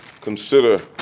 consider